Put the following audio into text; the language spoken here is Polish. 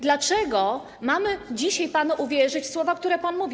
Dlaczego mamy dzisiaj panu uwierzyć w słowa, które pan mówi?